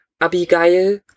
Abigail